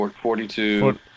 Forty-two